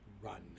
run